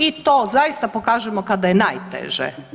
I to zaista pokažemo kada je najteže.